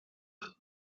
world